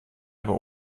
aber